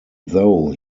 though